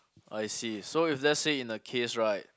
I see so if let's say in the case right